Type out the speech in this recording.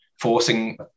forcing